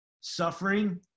suffering